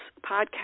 podcast